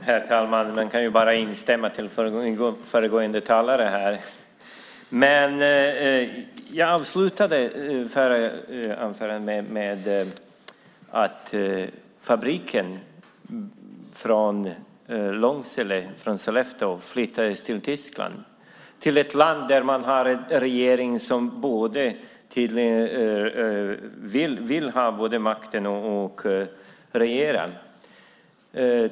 Herr talman! Jag kan bara instämma med föregående talare. Mitt förra inlägg avslutade jag med att tala om den fabrik i Långsele, Sollefteå, som flyttats till Tyskland, till ett land där man har en regering som både vill ha makt och vill regera.